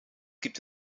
gibt